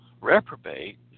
reprobate